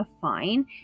fine